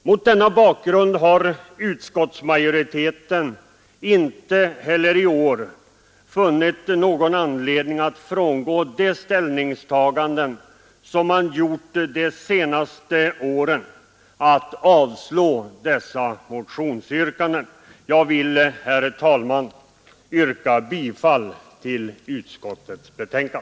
Mot denna bakgrund har utskottsmajoriteten inte heller i år funnit någon anledning att frångå de ställningstaganden som man gjort de senaste åren att dessa motionsyrkanden bör avslås. Jag vill, herr talman, yrka bifall till utskottets hemställan.